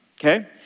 okay